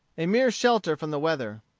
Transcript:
a mere shelter from the weather.